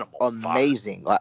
amazing